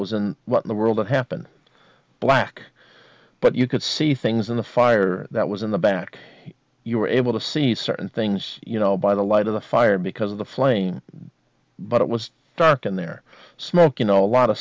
was and what the world happened black but you could see things in the fire that was in the back you were able to see certain things you know by the light of the fire because of the flame but it was dark in there smoke you know a lot of